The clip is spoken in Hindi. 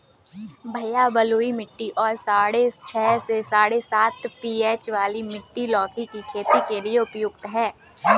भैया बलुई मिट्टी और साढ़े छह से साढ़े सात पी.एच वाली मिट्टी लौकी की खेती के लिए उपयुक्त है